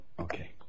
okay